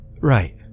Right